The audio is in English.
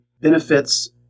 benefits